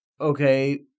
okay